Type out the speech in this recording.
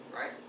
Right